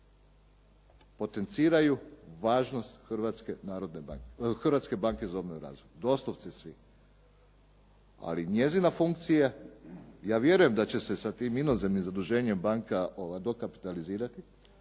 potenciraju važnost Hrvatske banke za obnovu i razvoj. Doslovce svi. Ali njezina funkcija, ja vjerujem da će se sa tim inozemnim zaduženjem banka dokapitalizirati,